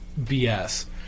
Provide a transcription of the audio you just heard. BS